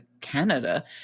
Canada